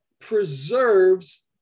preserves